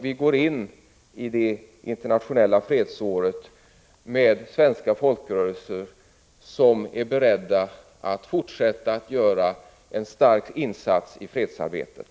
Vi går in i det internationella fredsåret med svenska folkrörelser som är beredda att fortsätta att göra en stark insats i fredsarbetet.